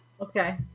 okay